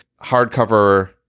hardcover